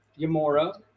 Yamura